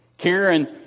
Karen